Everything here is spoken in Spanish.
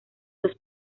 dos